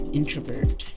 introvert